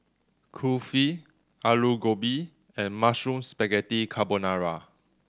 Kulfi Alu Gobi and Mushroom Spaghetti Carbonara